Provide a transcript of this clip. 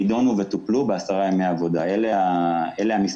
נידונו וטופלו בעשרה ימי עבודה, אלה המספרים.